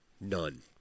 None